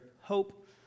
hope